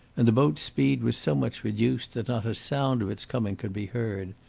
and the boat's speed was so much reduced that not a sound of its coming could be heard.